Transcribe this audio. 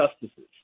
justices